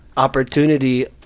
opportunity